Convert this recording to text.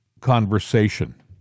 conversation